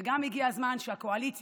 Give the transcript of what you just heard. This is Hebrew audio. וגם הגיע הזמן שהקואליציה,